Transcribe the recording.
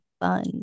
fun